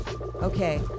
Okay